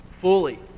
fully